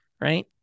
Right